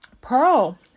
pearl